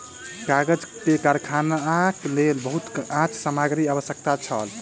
कागज के कारखानाक लेल बहुत काँच सामग्री के आवश्यकता छल